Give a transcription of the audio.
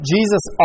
Jesus